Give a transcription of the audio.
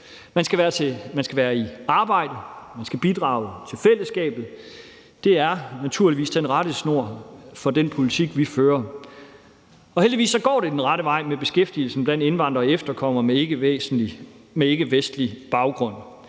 Man skal være i arbejde, og man skal bidrage til fællesskabet. Det er naturligvis rettesnoren for den politik, vi fører. Og heldigvis går det den rette vej med beskæftigelsen blandt indvandrere og efterkommere med ikkevestlig baggrund.